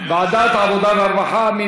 ועדת העבודה והרווחה.